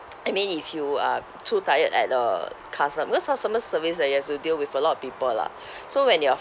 I mean if you are too tired at the customer because customer service ah you have to deal with a lot of people lah so when you're